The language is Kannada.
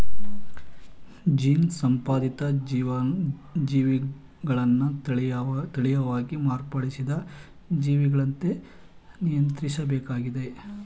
ಜೀನ್ ಸಂಪಾದಿತ ಜೀವಿಗಳನ್ನ ತಳೀಯವಾಗಿ ಮಾರ್ಪಡಿಸಿದ ಜೀವಿಗಳಂತೆ ನಿಯಂತ್ರಿಸ್ಬೇಕಾಗಿದೆ